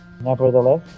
Nevertheless